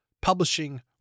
publishing